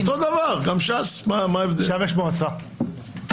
יכול להיות שהטרומית עברה,